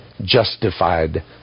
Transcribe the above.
Justified